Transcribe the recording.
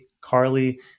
Carly